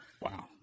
Wow